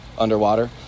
Underwater